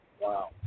Wow